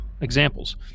examples